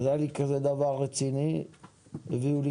הביאו לי